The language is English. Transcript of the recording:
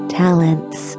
talents